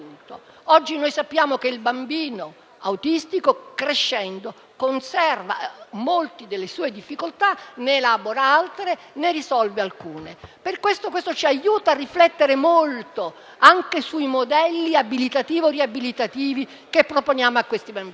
Oggi noi sappiamo che il bambino autistico, crescendo, conserva molte delle sue difficoltà, ne elabora altre, ne risolve alcune. Questo ci aiuta a riflettere molto anche sui modelli abilitativo riabilitativi che proponiamo a questi bambini.